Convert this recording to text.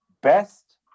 best